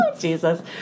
Jesus